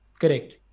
correct